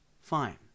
fine